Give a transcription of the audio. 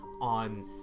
on